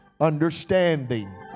understanding